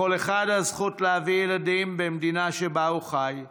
לכל אחד הזכות להביא ילדים במדינה שבה הוא חי,